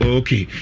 okay